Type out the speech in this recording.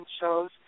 shows